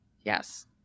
Yes